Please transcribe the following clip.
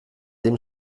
dem